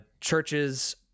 churches